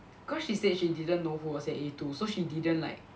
cause she said she didn't know who was at A two so she didn't like